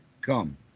come